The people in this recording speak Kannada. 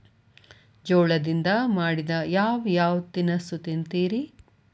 ಜೋಳದಿಂದ ಮಾಡಿದ ಯಾವ್ ಯಾವ್ ತಿನಸು ತಿಂತಿರಿ?